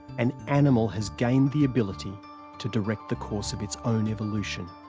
an animal has gained the ability to direct the course of its own evolution.